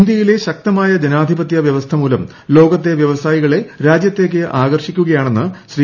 ഇന്ത്യയിലെ ശക്തമായ ജനാധിപതൃ വൃവസ്ഥമൂലം ലോകത്തെ വ്യവസായികളെ രാജ്യത്തേക്ക് ആകർഷിക്കുകയാണെന്ന് പ്രശീ